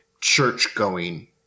church-going